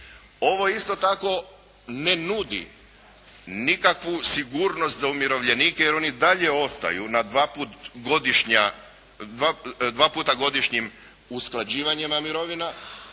Ovo isto tako ne nudi nikakvu sigurnost za umirovljenike, jer oni i dalje ostaju na dva puta godišnjim usklađivanjima mirovina,